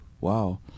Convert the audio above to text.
wow